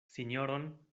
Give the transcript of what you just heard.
sinjoron